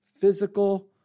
physical